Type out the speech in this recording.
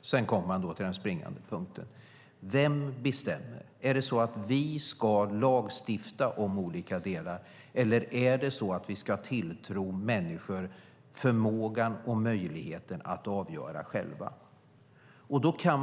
Sedan kommer vi till den springande punkten: Vem bestämmer? Ska vi lagstifta om olika delar, eller ska vi tilltro människor förmågan och möjligheten att avgöra själva? Då kan